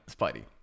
Spidey